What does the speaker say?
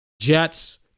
Jets